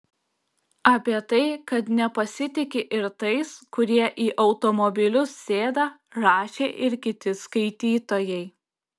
apie tai kad nepasitiki ir tais kurie į automobilius sėda rašė ir kiti skaitytojai